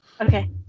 Okay